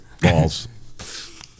Balls